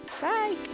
Bye